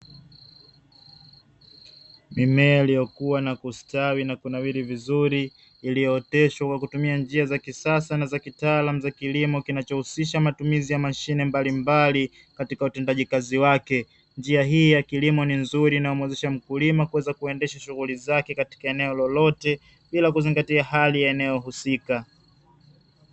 Mimea iliyokua na kustawi na kunawiri vizuri, iliyooteshwa kwa kutumia njia za kisasa na za kitaalamu za kilimo kinachohusisha matumizi ya mashine mbalimbali katika utendaji kazi wake; njia hii ya kilimo ni nzuri na inamwezesha mkulima kuendesha shughuli zake katika eneo lolote, bila kuzingatia hali ya eneo husika.